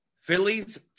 Phillies